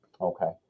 Okay